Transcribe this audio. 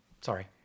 sorry